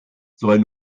soll